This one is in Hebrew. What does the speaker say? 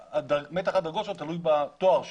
מתח הדרגות שלו תלוי בתואר שלו,